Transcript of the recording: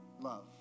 love